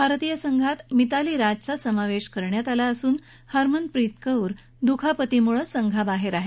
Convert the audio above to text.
भारतीय संघात मिताली राजचा समावेश करण्यात आला असून हरमनप्रीत कौर दुखापतीमुळे संघाबाहेर आहे